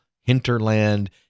Hinterland